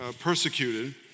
persecuted